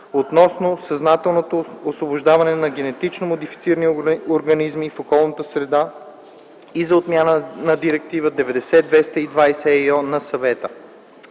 относно съзнателното освобождаване на генетично модифицирани организми в околната среда и за отмяна на Директива 90/220/ЕИО на Съвета.